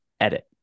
edit